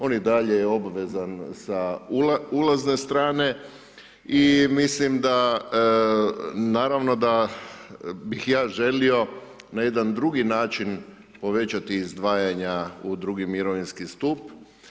On je i dalje obvezan sa ulazne strane i mislim da, naravno da bih ja želio, na jedan drugi način povećati izdvajanja na drugi mirovinski stup.